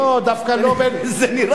זה נראה ככה.